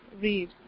read